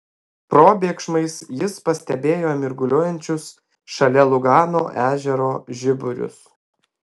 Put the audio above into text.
probėgšmais jis pastebėjo mirguliuojančius šalia lugano ežero žiburius